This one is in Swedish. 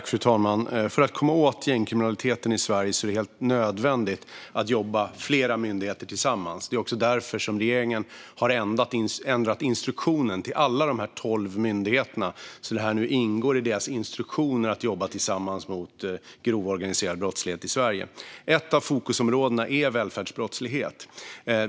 Fru talman! För att komma åt gängkriminaliteten i Sverige är det helt nödvändigt att flera myndigheter jobbar tillsammans. Det är också därför regeringen har ändrat instruktionen till alla dessa tolv myndigheter så att det nu ingår i deras instruktioner att jobba tillsammans mot grov organiserad brottslighet i Sverige. Ett av fokusområdena är välfärdsbrottslighet.